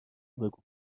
بگو